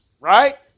Right